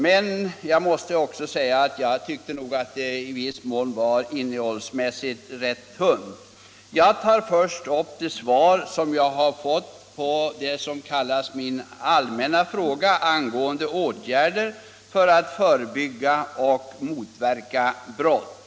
Men jag måste säga att det också i viss mån är rätt tunt innehållsmässigt. Jag tar till att börja med upp det svar som jag har fått på det som kallas min allmänna fråga angående åtgärder för att förebygga och motverka brott.